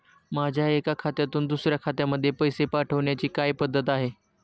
माझ्या एका खात्यातून दुसऱ्या खात्यामध्ये पैसे पाठवण्याची काय पद्धत आहे?